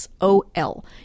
SOL